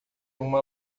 uma